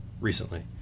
recently